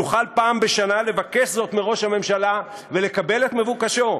יוכל פעם בשנה לבקש זאת מראש הממשלה ולקבל את מבוקשו?